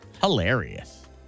Hilarious